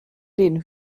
den